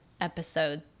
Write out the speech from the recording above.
episode